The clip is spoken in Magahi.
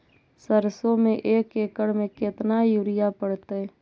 सरसों में एक एकड़ मे केतना युरिया पड़तै?